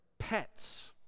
Pets